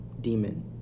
demon